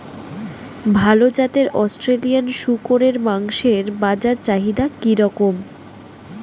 ভাল জাতের অস্ট্রেলিয়ান শূকরের মাংসের বাজার চাহিদা কি রকম?